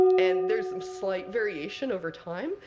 and there's some slight variation over time.